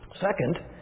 Second